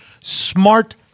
smart